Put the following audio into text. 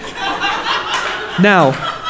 Now